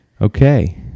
Okay